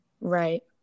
right